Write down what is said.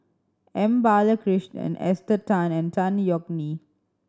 M Balakrishnan Esther Tan and Tan Yeok Nee